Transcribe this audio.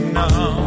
now